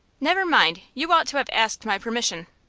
never mind you ought to have asked my permission.